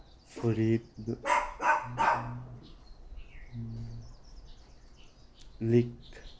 ꯐꯨꯔꯤꯠ ꯂꯤꯛ